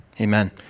Amen